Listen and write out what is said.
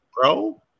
bro